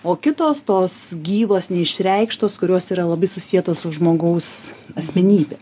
o kitos tos gyvos neišreikštos kurios yra labai susietos su žmogaus asmenybe